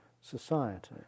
society